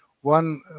one